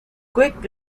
quick